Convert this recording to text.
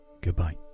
Goodbye